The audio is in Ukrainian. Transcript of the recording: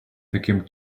таким